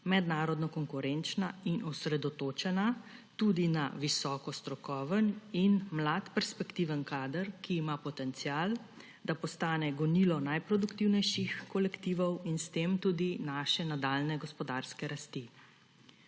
mednarodno konkurenčna in osredotočena tudi na visoko strokoven in mlad perspektiven kader, ki ima potencial, da postane gonilo najproduktivnejših kolektivov in s tem tudi naše nadaljnje gospodarske rasti.